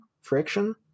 friction